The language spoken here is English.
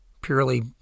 purely